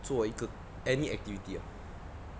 做一个 any activity ah